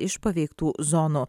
iš paveiktų zonų